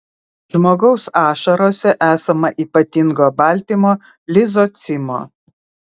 žmogaus ašarose esama ypatingo baltymo lizocimo